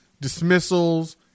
dismissals